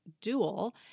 Dual